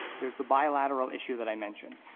there's the bilateral issue that i mentioned.